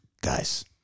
guys